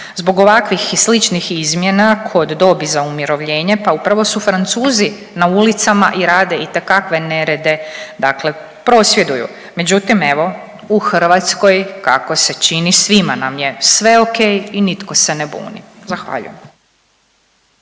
Zbog ovakvih i sličnih izmjena kod dobi za umirovljenje, pa upravo su Francuzi na ulicama i rade itekakve nerede, dakle prosvjeduju, međutim, evo, u Hrvatskoj kako se čini, svima nam je sve okej i nitko se ne buni. Zahvaljujem.